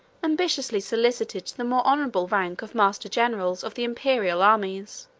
ambitiously solicited the more honorable rank of master-generals of the imperial armies.